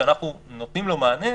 שאנחנו נותנים לו מענה,